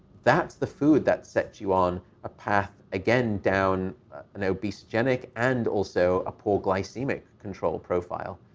that's the food that sets you on a path, again, down an obesogenic and also a poor glycemic control profile.